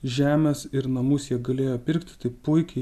žemes ir namus jie galėjo pirkti tai puikiai